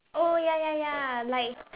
oh ya ya ya like